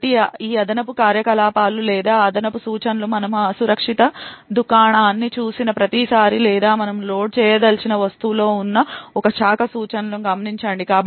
కాబట్టి ఈ అదనపు కార్యకలాపాలు లేదా ఈ అదనపు సూచనలు మనము అసురక్షిత దుకాణాన్ని చూసిన ప్రతిసారీ లేదా మనము లోడ్ చేయదలిచిన వస్తువులో ఉన్న ఒక శాఖ సూచనలను గమనించండి